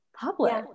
public